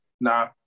nah